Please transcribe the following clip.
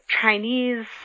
Chinese